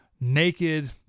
naked